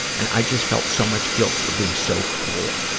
and i just felt so much guilt for being so cruel.